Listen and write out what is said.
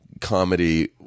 comedy